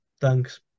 thanks